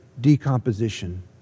decomposition